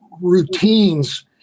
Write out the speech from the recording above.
routines